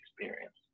experience